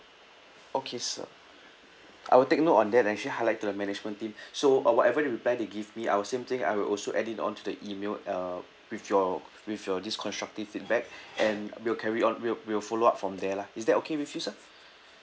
okay sir I will take note on that and actually highlight to the management team so uh whatever reply they give me I will same thing I will also add in on to the email uh with your with your this constructive feedback and we will carry on we'll we'll follow up from there lah is that okay with you sir